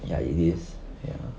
ya it is ya